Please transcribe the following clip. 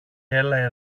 έλα